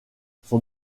son